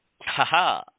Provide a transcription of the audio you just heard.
Haha